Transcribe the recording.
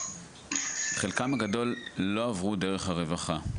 חלקם הגדול לא עברו דרך הרווחה,